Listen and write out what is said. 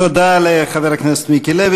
תודה לחבר הכנסת מיקי לוי.